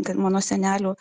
mano senelių